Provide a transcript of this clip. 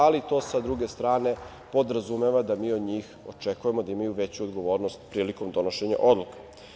Ali, to sa druge strane podrazumeva da mi od njih očekujemo da imaju veću odgovornost prilikom donošenja odluka.